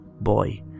boy